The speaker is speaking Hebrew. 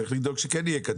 צריך לדאוג שכן יהיה כתוב.